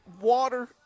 water